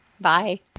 Bye